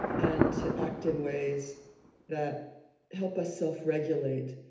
and act in ways that help us self regulate,